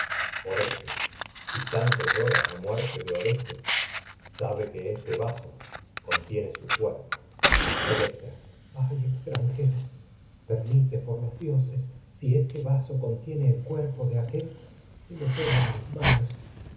orestes si tanto lloras la muerte de orestes sabe que este vaso contiene su cuerpo electra ay extranjero el permite por los dioses si este vaso contiene cuerpcfde aquél que lo tome en mis manos